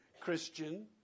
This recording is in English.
Christian